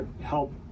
help